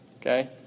Okay